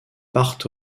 part